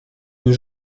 nos